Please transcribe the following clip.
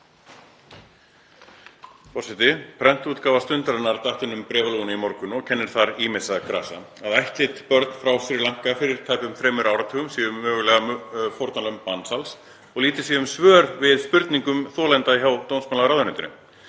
Forseti. Prentútgáfa Stundarinnar datt inn um bréfalúguna í morgun og kennir þar ýmissa grasa; að ættleidd börn frá Srí Lanka fyrir tæpum þremur áratugum séu mögulega fórnarlömb mansals og lítið sé um svör við spurningum þolenda hjá dómsmálaráðuneytinu,